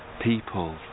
people